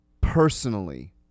personally